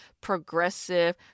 progressive